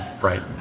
Right